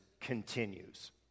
continues